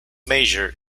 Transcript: measure